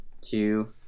two